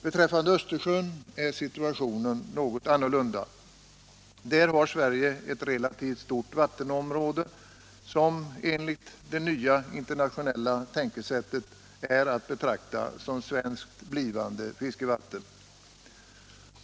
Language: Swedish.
Beträffande Östersjön är situationen något annorlunda. Där har Sverige ett relativt stort vattenområde, som enligt det nya internationella tänkesättet är att betrakta som svenskt blivande fiskevatten.